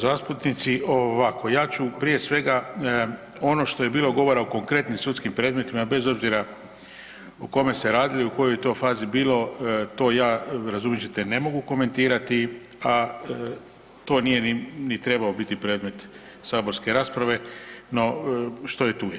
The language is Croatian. Zastupnici ovako, ja ću prije svega ono što je bilo govora o konkretnim sudskim predmetima bez obzira o kome se radilo i u kojoj je to fazi bilo to ja razumjet ćete ne mogu komentirati, a to nije ni trebao biti predmet saborske rasprave, no što je tu je.